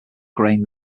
grained